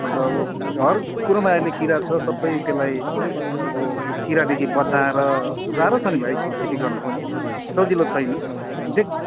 हाम्रो अब हर कुरोमा अहिले किरा छ सबै त्यसलाई अब किरादेखि बचाएर साह्रो छ नि भाइ खेती गर्नु पनि सजिलो छैन